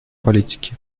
политике